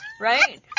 Right